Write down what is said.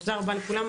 תודה רבה לכולם.